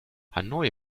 hanoi